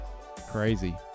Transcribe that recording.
Crazy